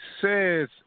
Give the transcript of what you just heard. says